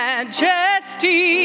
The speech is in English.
Majesty